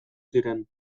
ziren